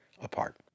apart